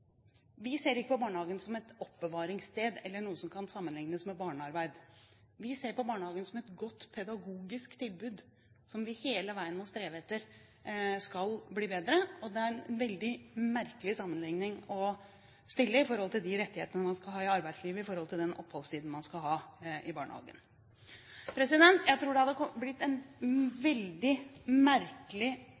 Vi ser ikke på barnehagen som et oppbevaringssted eller noe som kan sammenlignes med barnearbeid. Vi ser på barnehagen som et godt pedagogisk tilbud, som vi hele veien må strebe etter skal bli bedre. Det er veldig merkelig å sammenligne de retningslinjene man har i arbeidslivet, og den oppholdstiden man skal ha i barnehagen. Jeg tror det hadde kommet opp veldig merkelige problemstillinger, som forslagsstillerne umulig kan ha tenkt igjennom, dersom man faktisk skulle vedta en